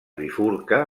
bifurca